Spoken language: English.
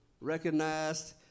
recognized